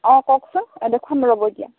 অঁ কওকচোন দেখুৱাম ৰ'ব এতিয়া